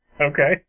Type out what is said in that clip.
Okay